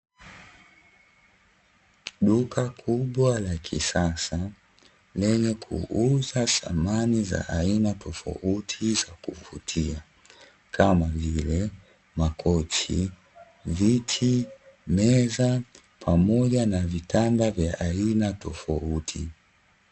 Duka kubwa la kisasa lenye kuuza samani za aina tofauti za kuvutia kama vile makochi, viti, meza, pamoja na vitanda vya aina tofauti.